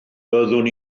byddwn